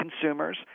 consumers